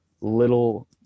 little